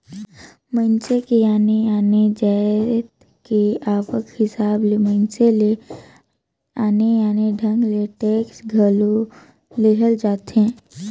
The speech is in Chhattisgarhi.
मइनसे के आने आने जाएत के आवक हिसाब ले मइनसे ले आने आने ढंग ले टेक्स घलो लेहल जाथे